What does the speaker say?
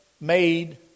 made